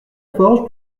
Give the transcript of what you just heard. laforge